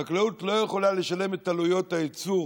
חקלאות לא יכולה לשלם את עלויות הייצור,